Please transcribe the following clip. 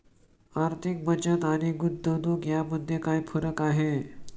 आर्थिक बचत आणि गुंतवणूक यामध्ये काय फरक आहे?